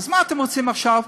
אז מה אתם רוצים עכשיו?